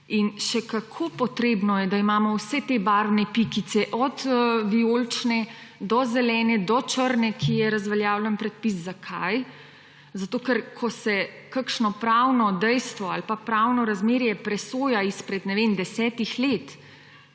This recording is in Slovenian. Še kako potrebno je, da imamo vse te barvne pikice, od vijolične, zelene do črne, ki je razveljavljen predpis. Zakaj? Zato ker ko se kakšno pravno dejstvo ali pa pravno razmerje presoja izpred, na primer,